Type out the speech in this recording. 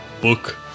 Book